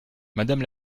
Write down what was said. madame